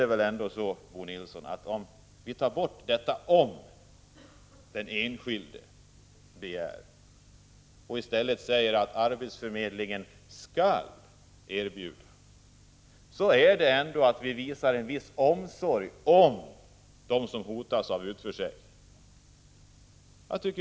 Nog är det så, Bo Nilsson, att om vi ur bestämmelserna tar bort orden ”om de begär det” och i stället skriver in att arbetsförmedlingen skall erbjuda arbete, innebär det att vi visar en viss omsorg om dem som hotas av utförsäkring.